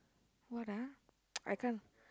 what lah I can't